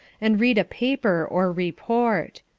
and read a paper or report.